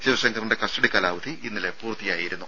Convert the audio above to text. ശിവശങ്കറിന്റെ custody കാലാവധി ഇന്നലെ പൂർത്തിയാക്കിയിരുന്നു